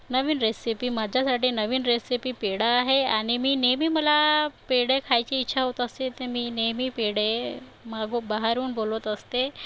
नवीन recipe माझ्यासाठी नवीन recipe पेढा आहे आणि मी नेहमी मला पेढे खायची इच्छा होत असते तर मी नेहमी पेढे मागो बाहेरून बोलवत असते